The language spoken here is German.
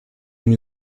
den